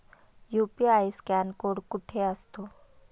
UPI scan code कुठे असतो?